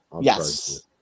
Yes